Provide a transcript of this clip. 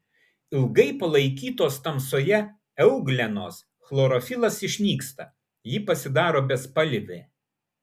ilgai palaikytos tamsoje euglenos chlorofilas išnyksta ji pasidaro bespalvė